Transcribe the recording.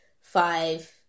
five